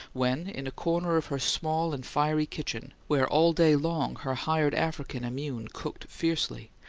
when, in a corner of her small and fiery kitchen, where all day long her hired african immune cooked fiercely,